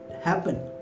happen